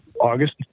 August